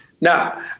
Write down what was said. Now